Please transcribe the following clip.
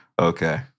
Okay